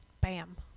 Bam